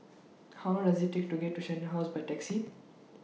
How Long Does IT Take to get to Shenton House By Taxi